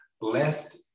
Blessed